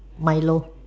Milo